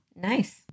Nice